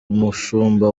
umushumba